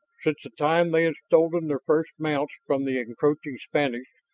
since the time they had stolen their first mounts from the encroaching spanish,